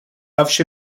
کفش